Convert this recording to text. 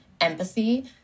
empathy